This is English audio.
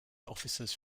officers